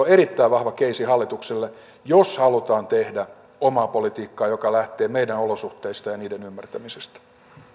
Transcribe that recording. on erittäin vahva keissi hallitukselle jos halutaan tehdä omaa politiikkaa joka lähtee meidän olosuhteistamme ja niiden ymmärtämisestä